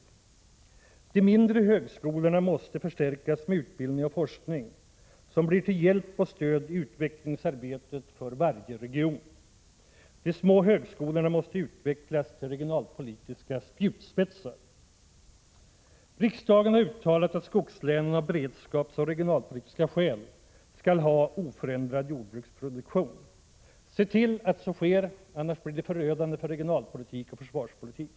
e De mindre högskolorna måste förstärkas med utbildning och forskning som blir till hjälp och stöd i utvecklingsarbetet för varje region. De små högskolorna måste utvecklas till regionalpolitiska spjutspetsar. e Riksdagen har uttalat att skogslänen av beredskapsoch regionalpolitiska skäl skall ha oförändrad jordbruksproduktion. Se till att så sker, annars blir det förödande för regionalpolitik och försvarspolitik!